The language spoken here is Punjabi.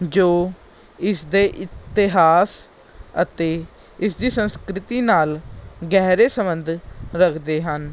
ਜੋ ਇਸ ਦੇ ਇਤਿਹਾਸ ਅਤੇ ਇਸਦੀ ਸੰਸਕ੍ਰਿਤੀ ਨਾਲ ਗਹਿਰੇ ਸਬੰਧ ਰੱਖਦੇ ਹਨ